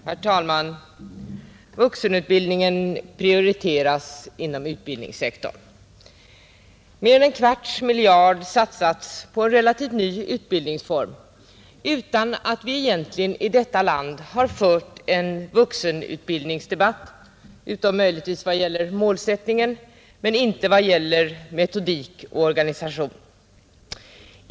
Herr talman! Vuxenutbildningen prioriteras inom utbildningssektorn. Mer än en kvarts miljard satsas på en relativt ny utbildningsform utan att vi egentligen i detta land har fört någon vuxenutbildningsdebatt — utom möjligtvis när det gäller målsättningen, men inte när det gäller metodik och organisation.